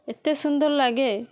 ଏତେ ସୁନ୍ଦର ଲାଗେ